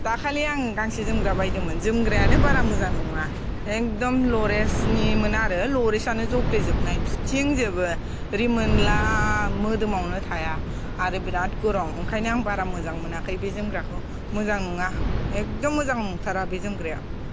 दाखालि आं गांसे जोमग्रा बायदोंमोन जोमग्रायानो बारा मोजां नङा एखदम लुरेक्सनिमोन आरो लुरेक्सानो जफ्लेजोबनाय फुथिंजोबो रिमोनला मोदोमावनो थाया आरो बिराद गरम ओंखायनो आं बारा मोजां मोनाखै बे जोमग्राखौ मोजां नङा एखदम मोजां नंथारा बे जोमग्राया